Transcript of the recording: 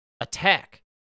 attack